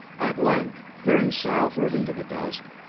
at length, veering southward into the dusk,